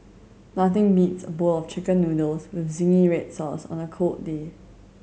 nothing beats a bowl of Chicken Noodles with zingy red sauce on a cold day